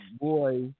boy